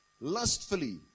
lustfully